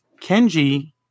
Kenji